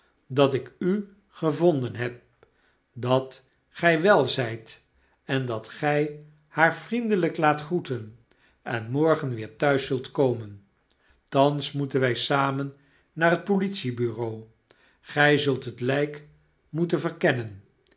dat ik u gevonden heb dat gij wel zyt en dat gij haar vriendelyk laat jjroeten en morgen weer thuis zult komen thans moeten wy samen naar het politie-bureau gy zult het lijk moeten verkennen